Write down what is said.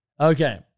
Okay